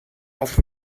off